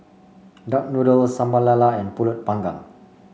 Duck Noodle Sambal Lala and pulut panggang